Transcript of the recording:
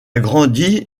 grandi